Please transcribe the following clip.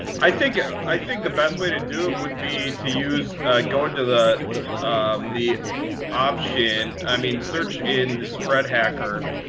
i think i think the best way to do it would be to use i'd go into the um the option i mean, search in the spread hacker